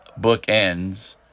bookends